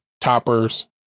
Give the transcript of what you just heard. toppers